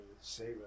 save